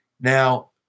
Now